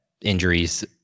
injuries